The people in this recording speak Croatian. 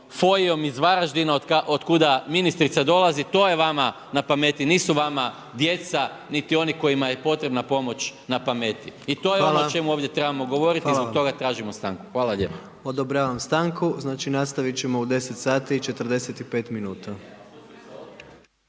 iz Varaždina od kuda ministrica dolazi, to je vama na pameti. Nisu vama djeca niti oni kojima je potrebna pomoć na pameti i to je ono čemu ovdje trebamo govoriti i zbog toga tražimo stanku. Hvala lijepa. **Jandroković, Gordan (HDZ)** Odobravam stanku. Znači, nastavit ćemo u 10,45 sati.